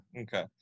okay